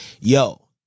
Yo